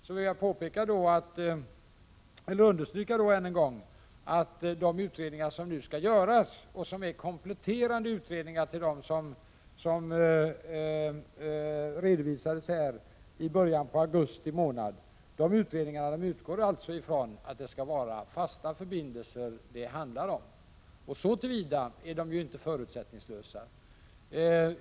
Jag vill än en gång understryka att de utredningar som nu skall göras och som skall vara komplement till dem som redovisades i början av augusti månad utgår från att det skall handla om fasta förbindelser. Så till vida är de ju inte förutsättningslösa.